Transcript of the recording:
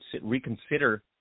reconsider